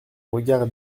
regard